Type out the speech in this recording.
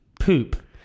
poop